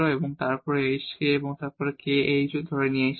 এবং তারপর এই hk যা k h ধরে নিচ্ছি